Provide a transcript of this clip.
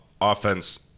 offense